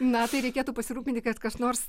na tai reikėtų pasirūpinti kad kas nors